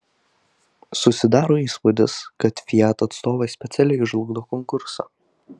susidaro įspūdis kad fiat atstovai specialiai žlugdo konkursą